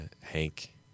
Hank